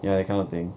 ya that kind of thing